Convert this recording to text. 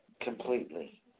Completely